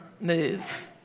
move